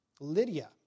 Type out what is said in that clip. Lydia